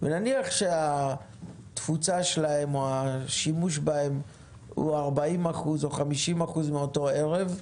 ונניח שהתפוצה שלהם או השימוש בהם הוא 40% או 50% מאותו ערב,